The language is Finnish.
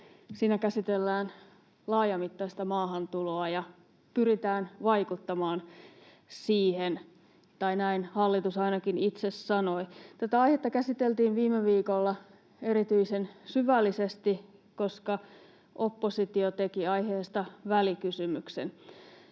siinä käsitellään laajamittaista maahantuloa ja pyritään vaikuttamaan siihen — tai näin hallitus ainakin itse sanoi. Tätä aihetta käsiteltiin viime viikolla erityisen syvällisesti, koska oppositio teki aiheesta välikysymyksen.